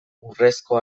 urrezko